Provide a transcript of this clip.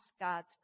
God's